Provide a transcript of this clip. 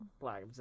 black